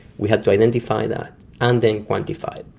we had to identify that and then quantify it.